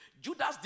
judas